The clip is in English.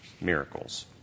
miracles